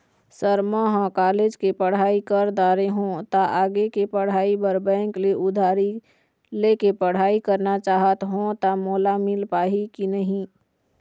Sir म ह college के पढ़ाई कर दारें हों ता आगे के पढ़ाई बर बैंक ले उधारी ले के पढ़ाई करना चाहत हों ता मोला मील पाही की नहीं?